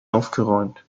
aufgeräumt